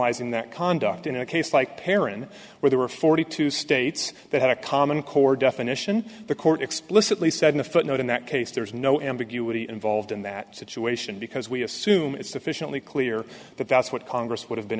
criminalizing that conduct in a case like perrin where there were forty two states that had a common core definition the court explicitly said in a footnote in that case there's no ambiguity involved in that situation because we assume it's sufficiently clear that that's what congress would have been